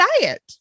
diet